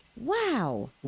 Wow